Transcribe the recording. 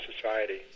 society